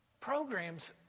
programs